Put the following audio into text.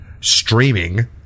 streaming